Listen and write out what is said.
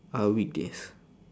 are weekdays